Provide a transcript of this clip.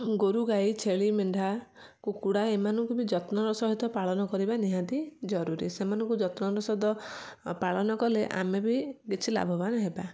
ଗୋରୁ ଗାଈ ଛେଳି ମେଣ୍ଢା କୁକୁଡ଼ା ଏମାନଙ୍କୁ ବି ଯତ୍ନର ସହିତ ପାଳନ କରିବା ନିହାତି ଜରୁରୀ ସେମାନଙ୍କୁ ଯତ୍ନର ସହିତ ପାଳନ କଲେ ଆମେ ବି କିଛି ଲାଭବାନ ହେବା